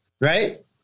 Right